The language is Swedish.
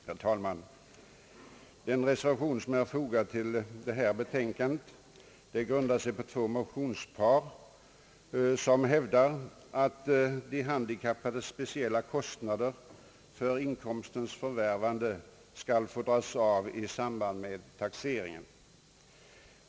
Herr talman! Den reservation som är fogad till detta betänkande grundar sig på två motionspar, i vilka det hävdas att de handikappades speciella kostnader för inkomstens förvärvande skall få dras av i samband med taxeringen.